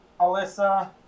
Alyssa